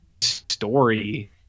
story